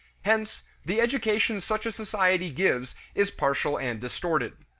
hence, the education such a society gives is partial and distorted.